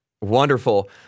Wonderful